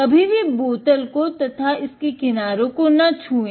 कभी भी बोतल को तथा इसके किनारों को ना छुए